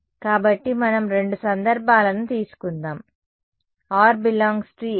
కాబట్టి మనం రెండు సందర్భాలను తీసుకుందాం r ∈ A మరియు r ∈ B